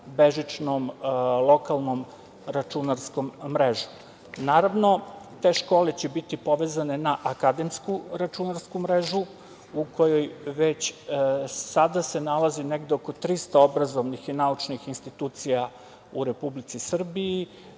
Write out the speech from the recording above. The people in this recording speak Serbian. bežičnom lokalnom računarskom mrežom. Te škole će biti povezane na Akademsku računarsku mrežu u kojoj već sada se nalazi negde oko 300 obrazovnih i naučnih institucija u Republici Srbiji